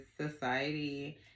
society